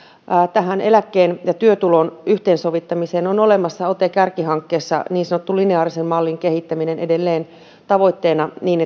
eläkkeen ja työtulon yhteensovittamiseen on olemassa ote kärkihankkeessa niin sanotun lineaarisen mallin kehittäminen edelleen tavoitteena niin